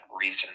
reason